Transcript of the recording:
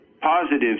positive